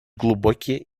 глубокие